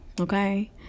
okay